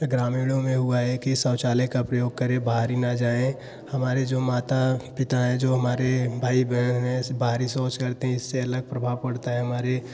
ग्रामीणों में हुआ है कि शौचालय का प्रयोग करें बाहरी ना जाए हमारे जो माता पिता हैं जो हमारे भाई बहन हैं बाहरी शौच करते हैं इससे अलग प्रभाव पड़ता है हमारे